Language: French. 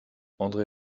andré